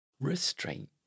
Restraint